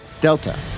Delta